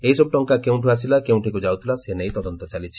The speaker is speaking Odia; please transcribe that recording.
ଏହିସବ୍ ଟଙ୍କା କେଉଁଠ୍ ଆସିଲା କେଉଁଠିକୁ ଯାଉଥିଲା ସେ ନେଇ ତଦନ୍ତ ଚାଲିଛି